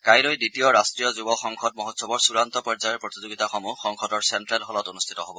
কাইলৈ দ্বিতীয় ৰাষ্ট্ৰীয় যুব সংসদ মহোৎসৱৰ চূড়ান্ত পৰ্যায়ৰ প্ৰতিযোগিতাসমূহ সংসদৰ চেণ্টেল হলত অনুষ্ঠিত হ'ব